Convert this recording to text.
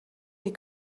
est